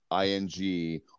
ing